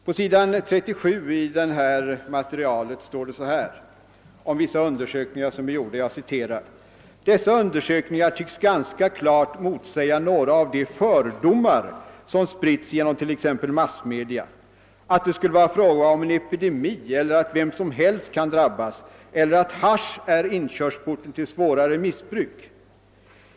På s. 37 i detta material sägs det om vissa undersökningar som gjorts: »Dessa undersökningar tycks ganska klart motsäga några av de fördomar som spritts genom t.ex. massmedia — att det skulle vara fråga om en ”epidemi” och att ”vem som helst kan drabbas” eller att ”hasch är inkörsporten till svårare missbruk”.